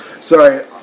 sorry